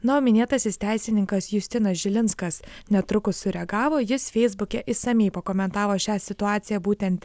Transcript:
na o minėtasis teisininkas justinas žilinskas netrukus sureagavo jis feisbuke išsamiai pakomentavo šią situaciją būtent